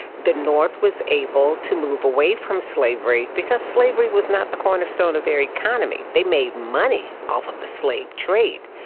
the north was able to move away from slavery because slavery was not the cornerstone of their economy. they made money off of the slave trade,